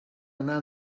anar